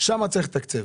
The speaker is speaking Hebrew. שם צריך לתקצב.